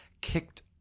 kicked